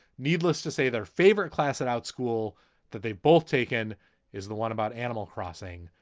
needless to say, their favorite class at our school that they've both taken is the one about animal crossing.